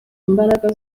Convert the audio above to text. imbaraga